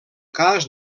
cas